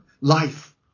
life